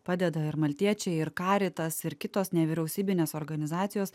padeda ir maltiečiai ir karitas ir kitos nevyriausybinės organizacijos